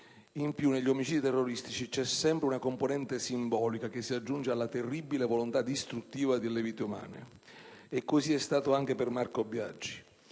In più, negli omicidi terroristici c'è sempre una componente simbolica che si aggiunge alla terribile volontà distruttiva delle vite umane. E così è stato anche per Marco Biagi.